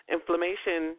Inflammation